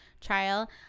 trial